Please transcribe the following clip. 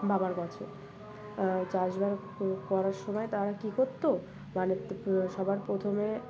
বাবার কাছে চাষবাস করার সময় তারা কী করতো মানে সবার প্রথমে